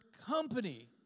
company